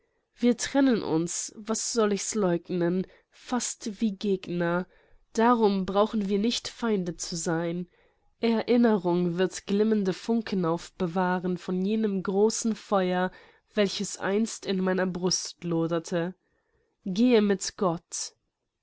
wir trennen uns was soll ich's läugnen fast wie gegner darum brauchen wir nicht feinde zu sein erinnerung wird glimmende funken aufbewahren von jenem großen feuer welches einst in meiner brust loderte gehe mit gott